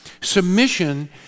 Submission